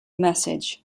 message